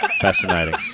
Fascinating